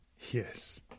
Yes